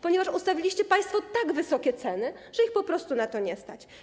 Ponieważ ustanowiliście państwo tak wysokie ceny, że ich po prostu na to nie stać.